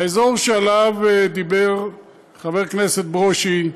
האזור שעליו דיבר חבר הכנסת ברושי,